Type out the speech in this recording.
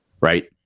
right